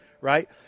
right